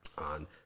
On